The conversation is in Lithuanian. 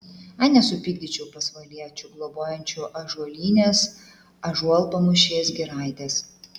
ai nesupykdyčiau pasvaliečių globojančių ąžuolynės ąžuolpamūšės giraitės